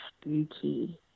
spooky